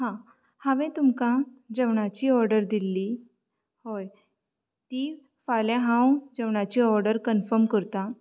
हां हांवें तुमकां जेवणाची ऑर्डर दिल्ली होय ती फाल्यां हांव जेवणाची ऑर्डर कन्फम करतां